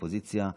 אופוזיציה,